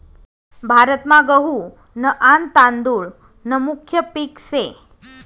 भारतमा गहू न आन तादुळ न मुख्य पिक से